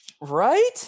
right